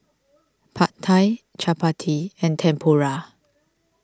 Pad Thai Chapati and Tempura